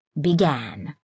began